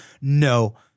no